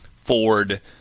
Ford